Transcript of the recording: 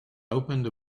opened